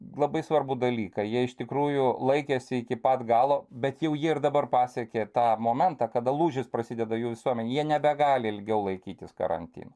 labai svarbų dalyką jie iš tikrųjų laikėsi iki pat galo bet jau jie ir dabar pasiekė tą momentą kada lūžis prasideda jų visuomenėj jie nebegali ilgiau laikytis karantino